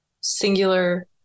singular